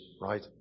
Right